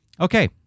Okay